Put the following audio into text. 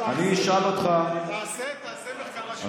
תעשה מחקר השוואתי,